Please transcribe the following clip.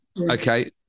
Okay